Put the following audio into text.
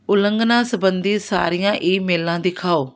ਉਲੰਘਣਾ ਸੰਬੰਧੀ ਸਾਰੀਆਂ ਈਮੇਲਾਂ ਦਿਖਾਓ